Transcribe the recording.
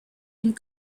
une